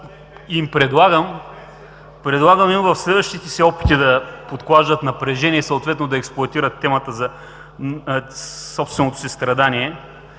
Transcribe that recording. Предлагам им в следващите си опити да подклаждат напрежение и съответно да експлоатират темата за собственото си страдание